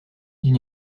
d’une